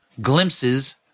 glimpses